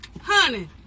honey